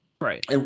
Right